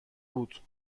بود